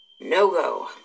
No-go